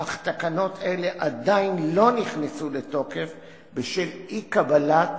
אך תקנות אלה עדיין לא נכנסו לתוקף בשל אי-קבלת